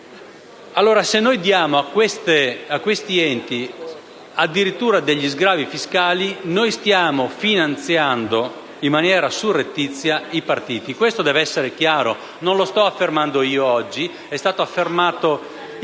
Se a questi enti diamo addirittura degli sgravi fiscali, noi stiamo finanziando in maniera surrettizia i partiti: questo deve essere chiaro. Non lo sto affermando io oggi, ma è stato detto in